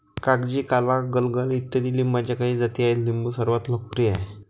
कागजी, काला, गलगल इत्यादी लिंबाच्या काही जाती आहेत लिंबू सर्वात लोकप्रिय आहे